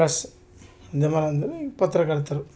ಪ್ರಸ್ ಮಾಧ್ಯಮ ಅಂದರೆ ಪತ್ರಕರ್ತರು